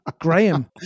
graham